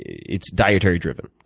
it's dietary driven.